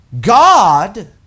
God